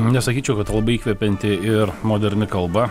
nesakyčiau kad labai įkvepianti ir moderni kalba